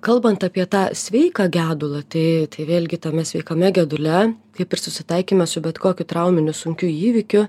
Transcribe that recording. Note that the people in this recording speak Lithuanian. kalbant apie tą sveiką gedulą tai vėlgi tame sveikame gedule kaip ir susitaikymas su bet kokiu trauminiu sunkiu įvykiu